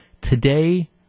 today